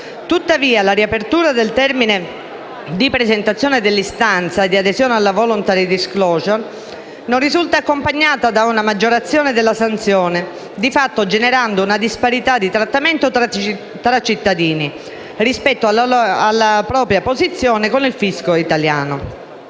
Tuttavia, la riapertura del termine di presentazione dell'istanza di adesione alla *voluntary disclosure*, non risulta accompagnata da una maggiorazione della sanzione, di fatto generando una disparità di trattamento tra cittadini rispetto alla propria posizione con il fisco italiano.